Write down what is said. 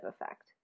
effect